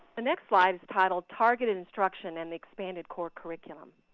the next slide is entitled targeted instruction and expanded core curriculum.